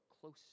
close